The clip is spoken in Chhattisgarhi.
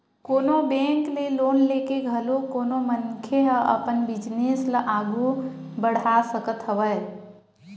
कोनो बेंक ले लोन लेके घलो कोनो मनखे ह अपन बिजनेस ल आघू बड़हा सकत हवय